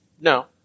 No